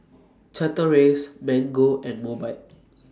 Chateraise Mango and Mobike